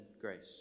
grace